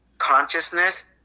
Consciousness